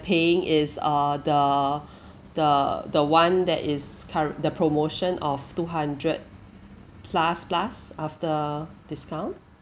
paying is err the the the one that is current the promotion of two hundred plus plus after discount